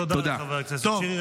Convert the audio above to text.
תודה רבה לחבר הכנסת שירי.